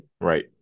Right